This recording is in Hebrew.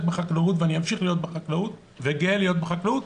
בחקלאות ואני אמשיך להיות בחקלאות וגאה להיות בחקלאות,